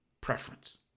preference